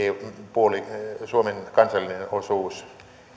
on suomen kansallinen osuus